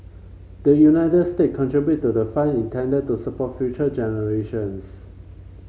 the United State contribute to the fund intended to support future generations